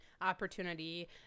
opportunity